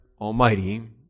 Almighty